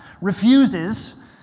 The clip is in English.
refuses